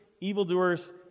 evildoers